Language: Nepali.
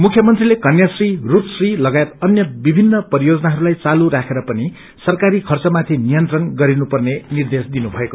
मुख्यमंत्रीले कन्या श्री रूप श्री लगायत अन्य विभिन्न परियोजनाहरूलाई चालू राखेर पनि सरकारी च्रमाथि नियन्त्रण गरिनु पर्ने निर्देश दिनुभयो